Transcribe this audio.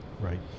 Right